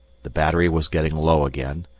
the battery was getting low again,